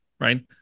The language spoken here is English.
right